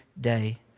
day